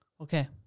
Okay